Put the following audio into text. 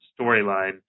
storyline